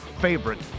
favorite